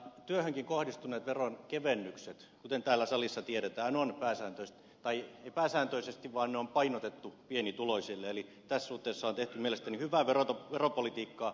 työhönkin kohdistuneet veronkevennykset kuten täällä salissa tiedetään on painotettu pienituloisille eli tässä suhteessa on tehty mielestäni hyvää veropolitiikkaa